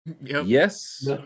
Yes